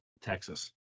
texas